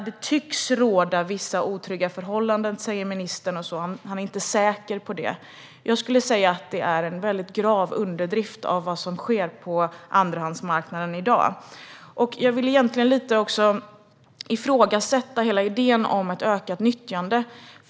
Det "tycks råda" vissa otrygga förhållanden, säger ministern. Han är inte säker på det. Jag skulle säga att detta är en grav underdrift av vad som sker på andrahandsmarknaden i dag. Jag vill också ifrågasätta hela idén om ett ökad nyttjande.